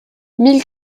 mille